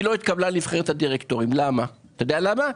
היא לא התקבלה לנבחרת הדירקטורים, אתה יודע למה?